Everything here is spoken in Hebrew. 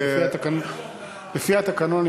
לפי התקנון.